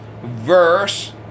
verse